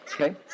Okay